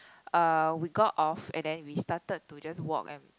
uh we got off and then we started to just walk and